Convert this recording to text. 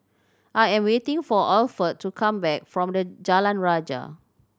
I am waiting for Alford to come back from the Jalan Rajah